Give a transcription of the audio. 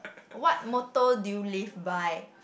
what motto do you live by